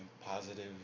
positive